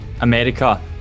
America